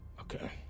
Okay